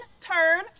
turn